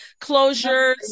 closures